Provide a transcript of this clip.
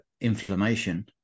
inflammation